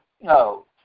No